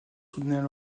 soutenaient